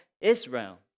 Israel